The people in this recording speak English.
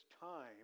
time